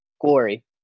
glory